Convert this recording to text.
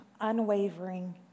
unwavering